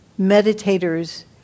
meditators